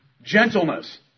Gentleness